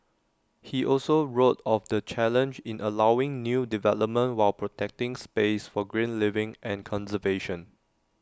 he also wrote of the challenge in allowing new development while protecting space for green living and conservation